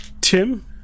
Tim